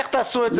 איך תעשו את זה,